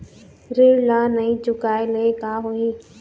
ऋण ला नई चुकाए ले का होही?